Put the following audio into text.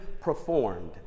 performed